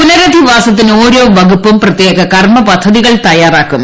പുനരധിവാസത്തിന് ഓരോ വകുപ്പും പ്രത്യേക കർമ പദ്ധതികൾ തയാറാക്കും